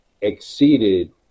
exceeded